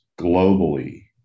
globally